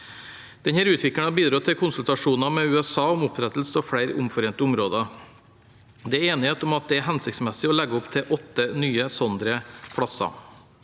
Denne utviklingen har bidratt til konsultasjoner med USA om opprettelse av flere omforente områder. Det er enighet om at det er hensiktsmessig å legge opp til åtte nye slike plasser.